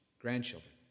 grandchildren